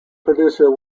producer